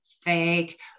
fake